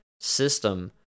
system